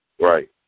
Right